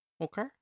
Okay